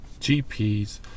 GPs